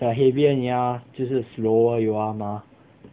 like heavier 你要就是 slower you are mah